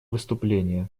выступления